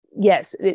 yes